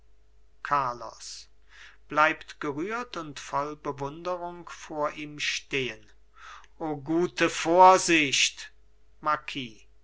carlos bleibt gerührt und voll bewunderung vor ihm stehen o gute vorsicht